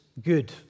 good